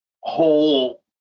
whole